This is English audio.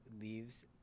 leaves